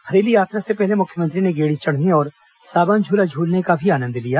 हरेली यात्रा से पहले मुख्यमंत्री ने गेड़ी चढ़ने और सावन झूला झूलने का आनंद लिया